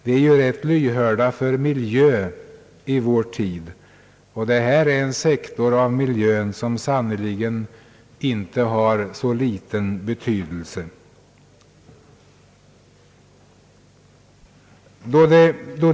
Vi är ju rätt lyhörda för miljöfrågor i vår tid, och detta är en sektor av miljön som sannerligen inte har någon liten betydelse.